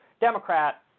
Democrat